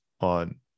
on